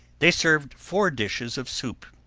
they served four dishes of soup,